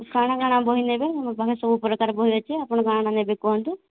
କାଣା କାଣା ବହି ନେବେ ମୋ ପାଖରେ ସବୁ ପ୍ରକାର ବହି ଅଛେ ଆପଣ କାଣା ନେବେ କୁହନ୍ତୁ